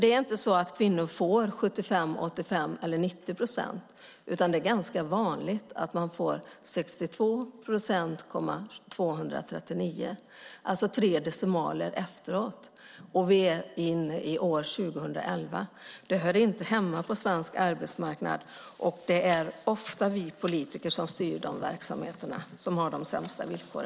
Det är inte så att kvinnor får 75, 85 eller 90 procent, utan det är ganska vanligt att få 62,239 procent, alltså med tre decimaler! Vi är inne i år 2011. Detta hör inte hemma på svensk arbetsmarknad, och det är ofta vi politiker som styr de verksamheter som har sämst villkor.